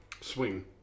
swing